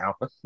now